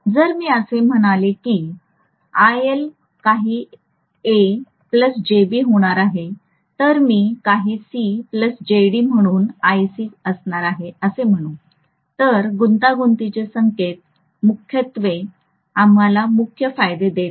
जर मी असे म्हणालो की आयएल काही a jb होणार आहे तर मी काही सी जेडी म्हणून आयसी असणार आहे असे म्हणू तर गुंतागुंतीचे संकेत मुख्यत्वे आम्हाला मुख्य फायदे देते